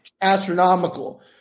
astronomical